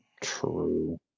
true